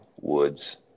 Woods